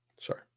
Sorry